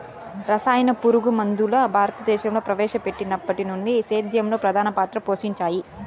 రసాయన పురుగుమందులు భారతదేశంలో ప్రవేశపెట్టినప్పటి నుండి సేద్యంలో ప్రధాన పాత్ర పోషించాయి